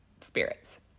spirits